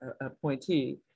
appointee